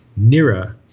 Nira